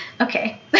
Okay